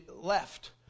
left